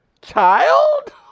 child